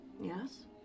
Yes